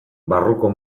barruko